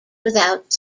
without